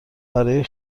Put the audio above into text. برای